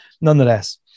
Nonetheless